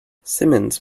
simmons